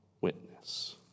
witness